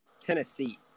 Tennessee